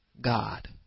God